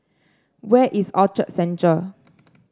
where is Orchard Central